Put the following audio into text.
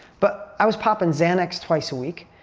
but i was popping xanax twice a week.